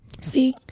See